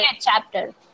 chapter